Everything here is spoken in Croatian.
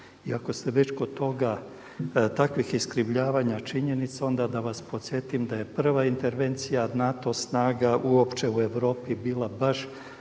I ako ste već kod toga, takvih iskrivljavanja činjenica onda da vas podsjetim da je prva intervencija NATO snaga uopće u Europi bila baš